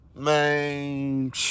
Man